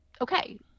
okay